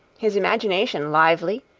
his imagination lively,